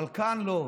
אבל כאן, לא.